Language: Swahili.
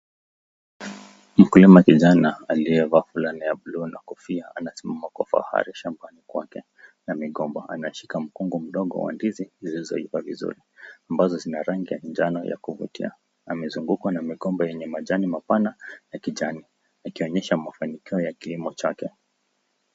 Mkulima kijana aliyevaa fulana ya buluu na kofia amesimama kuvaa shambani kwake . Ameshika mgomba mdogo wa ndizi zilizoivs vizuri ambazo zina rangi ya manjano ya kuvutia ikizungukwa na migomba yenye majani mapana ikionyesha mafanikio ya kilimo chake.